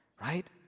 right